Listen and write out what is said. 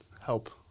help